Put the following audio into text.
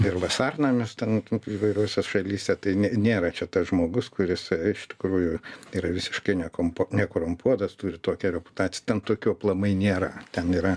ir vasarnamis ten įvairiose šalyse tai nė nėra čia tas žmogus kuris iš tikrųjų yra visiškai ne kompo nekorumpuotas turi tokią reputaciją ten tokių aplamai nėra ten yra